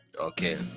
okay